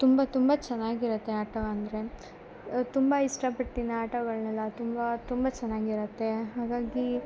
ತುಂಬ ತುಂಬ ಚೆನ್ನಾಗಿರತ್ತೆ ಆಟ ಅಂದರೆ ತುಂಬ ಇಷ್ಟಪಡ್ತೀನಿ ಆಟಗಳನ್ನೆಲ್ಲ ತುಂಬ ತುಂಬ ಚೆನ್ನಾಗಿರತ್ತೆ ಹಾಗಾಗಿ